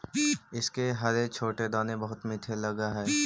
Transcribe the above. इसके हरे छोटे दाने बहुत मीठे लगअ हई